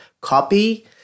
copy